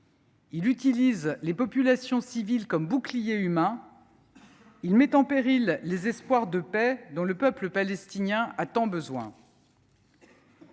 Il utilise les populations civiles comme bouclier humain. Il met en péril les espoirs de paix dont le peuple palestinien a tant besoin.